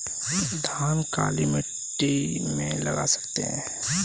धान काली मिट्टी में लगा सकते हैं?